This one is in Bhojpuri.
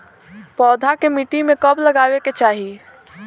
पौधा के मिट्टी में कब लगावे के चाहि?